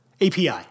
API